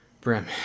Brim